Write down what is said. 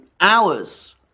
hours